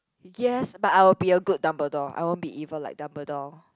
yes but I will be a good Dumbledore I won't evil like Dumbledore